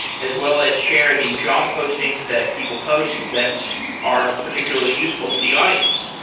as well as share the job postings that people post that are particularly useful to the audience.